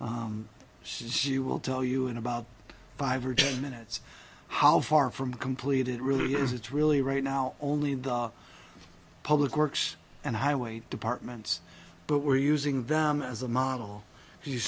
says she will tell you in about five or ten minutes how far from complete it really is it's really right now only the public works and highway departments but we're using them as a model